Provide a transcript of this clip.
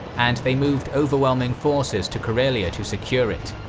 and they moved overwhelming forces to karelia to secure it.